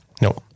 No